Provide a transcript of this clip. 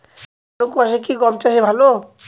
ঘন কোয়াশা কি গম চাষে ভালো?